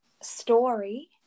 story